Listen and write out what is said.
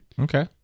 Okay